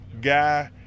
guy